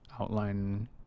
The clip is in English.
outline